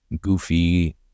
goofy